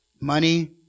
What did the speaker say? Money